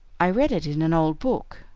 i read it in an old book,